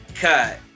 cut